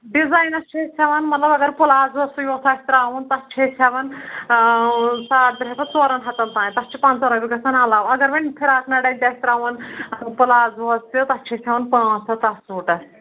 ڈِزاینَس چھِ أسۍ ہٮ۪وَان مطلب اگر پٕلازوٕے یوت آسہِ ترٛاوُن تَتھ چھِ أسۍ ہٮ۪وَان ساڑ ترٛےٚ ہَتھ پَتہٕ ژورَن ہَتَن تانۍ تَتھ چھِ پنٛژاہ رۄپیہِ گژھان علاوٕ اگر وۄنۍ فِراک نرٕے اَسہِ گژھِ ترٛاوُن پُلازوَس تہِ تَتھ چھِ أسۍ ہٮ۪وَان پانٛژھ ہَتھ تَتھ سوٗٹَس